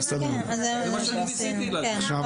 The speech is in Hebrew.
זה מה שאני ניסיתי להסביר.